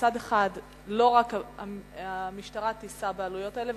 שמצד אחד לא רק המשטרה תישא בעלויות האלה,